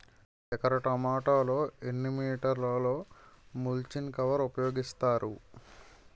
ఎకర టొమాటో లో ఎన్ని మీటర్ లో ముచ్లిన్ కవర్ ఉపయోగిస్తారు?